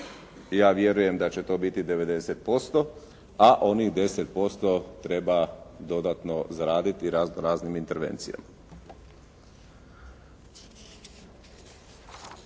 ja vjerujem da će to biti 90%, onih 10% treba dodatno zaraditi raznoraznim intervencijama.